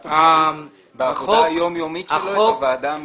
הרגולטור צריך בעבודה היום יומית שלו את הוועדה המייעצת.